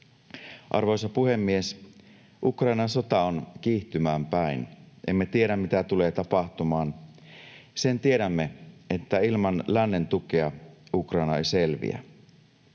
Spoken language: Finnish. Arvoisa puhemies! Ukrainan sota on kiihtymään päin. Emme tiedä, mitä tulee tapahtumaan. Sen tiedämme, että ilman lännen tukea Ukraina ei selviä.